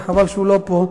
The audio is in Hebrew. וחבל שהוא לא פה,